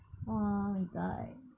!wah! we die